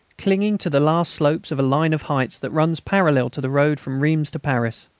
clinging to the last slopes of a line of heights that runs parallel to the road from reims to paris.